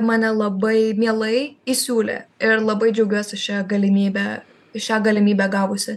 mane labai mielai įsiūlė ir labai džiaugiuosi šia galimybe šią galimybę gavusi